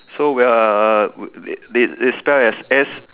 so we are we they they they spell as S